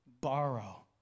Borrow